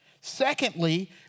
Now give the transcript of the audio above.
Secondly